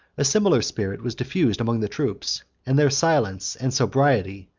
a similar spirit was diffused among the troops and their silence and sobriety,